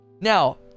Now